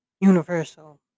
universal